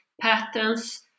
patterns